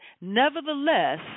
Nevertheless